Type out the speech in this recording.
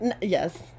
Yes